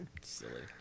Silly